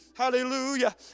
Hallelujah